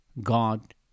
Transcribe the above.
God